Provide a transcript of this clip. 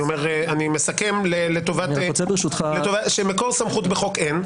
אני מסכם שמקור סמכות בחוק אין,